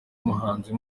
umuhanzi